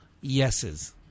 yeses